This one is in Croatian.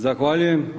Zahvaljujem.